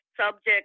subject